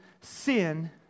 sin